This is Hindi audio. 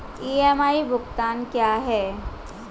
ई.एम.आई भुगतान क्या है?